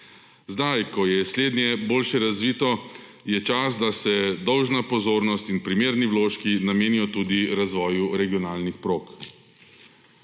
Sedaj ko je slednje boljše razvito je čas, da se dolžna pozornost in primerni vložki namenijo tudi razvoju regionalnih prog.